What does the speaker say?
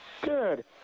Good